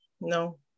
No